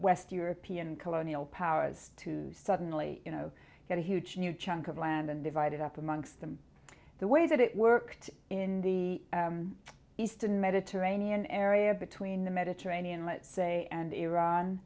west european colonial powers to suddenly you know get a huge new chunk of land and divide it up amongst them the way that it worked in the eastern mediterranean area between the mediterranean let's say and iran